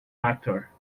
actor